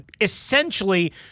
essentially